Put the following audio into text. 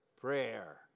prayer